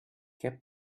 què